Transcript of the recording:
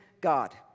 God